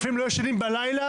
אפילו לא ישנים בלילה,